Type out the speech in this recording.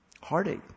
heartache